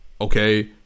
okay